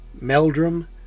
Meldrum